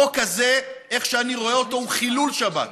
החוק הזה, איך שאני רואה אותו הוא חילול שבת,